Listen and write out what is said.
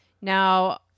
Now